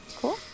cool